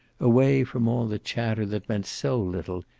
away from all the chatter that meant so little,